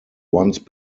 once